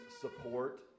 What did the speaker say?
support